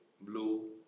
blue